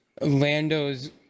Lando's